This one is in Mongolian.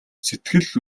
сэтгэл